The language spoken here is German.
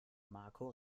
marco